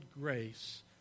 grace